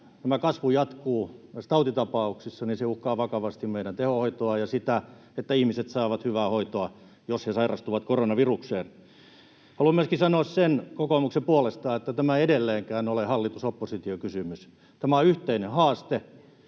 tämä kasvu jatkuu myös tautitapauksissa, niin se uhkaa vakavasti meidän tehohoitoamme ja sitä, että ihmiset saavat hyvää hoitoa, jos he sairastuvat koronavirukseen. Haluan myöskin sanoa kokoomuksen puolesta sen, että tämä ei edelleenkään ole hallitus—oppositio-kysymys, tämä on yhteinen haaste.